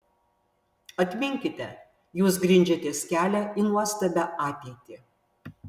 atminkite jūs grindžiatės kelią į nuostabią ateitį